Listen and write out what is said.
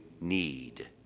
need